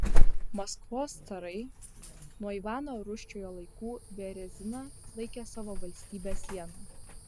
maskvos carai nuo ivano rūsčiojo laikų bereziną laikė savo valstybės siena